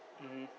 mmhmm